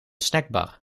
snackbar